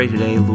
today